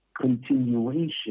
continuation